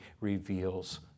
reveals